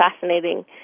fascinating